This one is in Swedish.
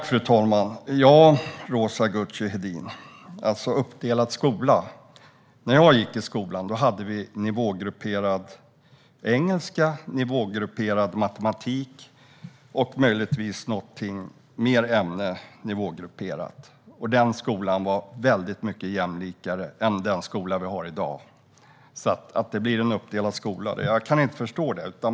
Fru talman! Roza Güclü Hedin säger att vi vill ha en uppdelad skola. När jag gick i skolan hade vi nivågruppering i engelska, matematik och möjligtvis ytterligare något ämne. Den skolan var väldigt mycket jämlikare än den skola vi har i dag. Att det skulle bli en uppdelad skola kan jag inte förstå.